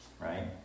right